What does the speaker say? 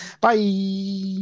Bye